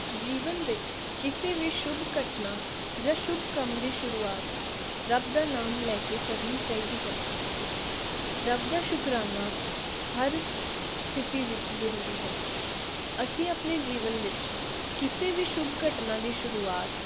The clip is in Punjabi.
ਜੀਵਨ ਵਿੱਚ ਕਿਸੇ ਵੀ ਸ਼ੁਭ ਘਟਨਾ ਜਾਂ ਸ਼ੁਭ ਕੰਮ ਦੀ ਸ਼ੁਰੂਆਤ ਰੱਬ ਦਾ ਨਾਮ ਲੈ ਕੇ ਕਰਨੀ ਚਾਹੀਦੀ ਹੈ ਰੱਬ ਦਾ ਸ਼ੁਕਰਾਨਾ ਹਰ ਸਥਿਤੀ ਵਿੱਚ ਜ਼ਰੂਰੀ ਹੈ ਅਸੀਂ ਆਪਣੇ ਜੀਵਨ ਵਿੱਚ ਕਿਸੇ ਵੀ ਸ਼ੁਭ ਘਟਨਾ ਦੀ ਸ਼ੁਰੂਆਤ